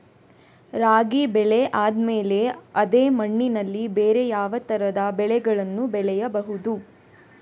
ರಾಗಿ ಬೆಳೆ ಆದ್ಮೇಲೆ ಅದೇ ಮಣ್ಣಲ್ಲಿ ಬೇರೆ ಯಾವ ತರದ ಬೆಳೆಗಳನ್ನು ಬೆಳೆಯಬಹುದು?